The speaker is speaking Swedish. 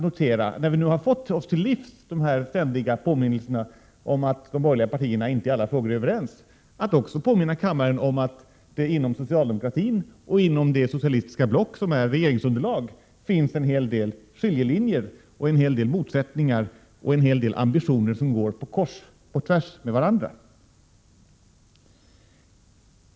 När vi nu har fått oss till livs de här ständiga påminnelserna om att de borgerliga partierna inte i alla frågor är överens, tyckte jag att det fanns anledning att påminna kammaren om att det också inom socialdemokratin och inom det socialistiska block som är regeringsunderlag finns en hel del skiljelinjer och en hel del motsättningar och en hel del ambitioner som går 31 på tvärs med varandra.